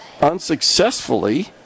unsuccessfully